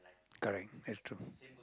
correct that's true